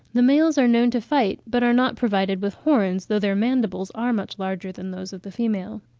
the males are known to fight, but are not provided with horns, though their mandibles are much larger than those of the female.